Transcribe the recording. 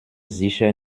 sicher